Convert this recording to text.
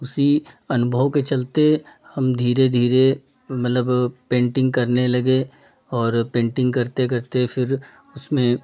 उसी अनुभव के चलते हम धीरे धीरे मतलब पेन्टिंग करने लगे और पेन्टिंग करते करते फिर उसमें